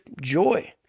joy